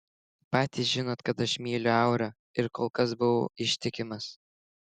patys žinot kad aš myliu aurą ir kol kas buvau ištikimas